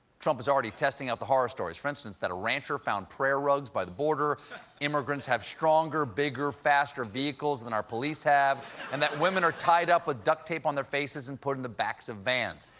trump is already testing out the horror stories for instance, that a rancher found prayer rugs by the border immigrants have stronger, bigger, and faster vehicles than our police have and that women are tied up, with ah duct tape on their faces, and put in the backs of vans.